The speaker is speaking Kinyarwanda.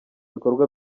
bikorwa